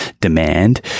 demand